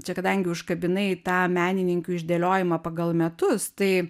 čia kadangi užkabinai tą menininkių išdėliojimą pagal metus tai